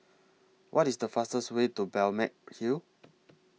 What IS The fastest Way to Balmeg Hill